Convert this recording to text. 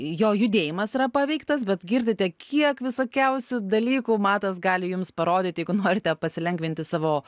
jo judėjimas yra paveiktas bet girdite kiek visokiausių dalykų matas gali jums parodyti jeigu norite pasilengvinti savo